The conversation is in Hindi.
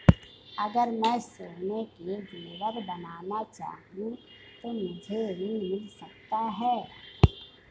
अगर मैं सोने के ज़ेवर बनाना चाहूं तो मुझे ऋण मिल सकता है?